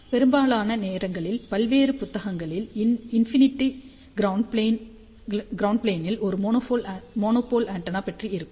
பெரும்பாலான நேரங்களில் பல்வேறு புத்தகங்களில் இன்ஃபினிட் க்ரௌண்ட் ப்ளேன் ல் ஒரு மோனோபோல் ஆண்டெனா பற்றி இருக்கும்